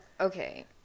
Okay